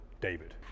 David